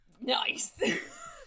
Nice